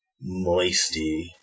Moisty